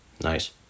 Nice